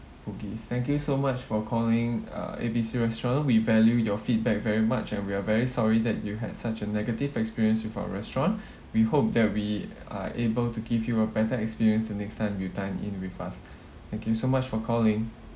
bugis thank you so much for calling uh A B C restaurant we value your feedback very much and we are very sorry that you had such a negative experience with our restaurant we hope that we are able to give you a better experience the next time you dine in with us thank you so much for calling